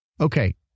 Okay